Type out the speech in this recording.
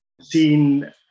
Seen